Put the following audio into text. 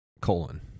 colon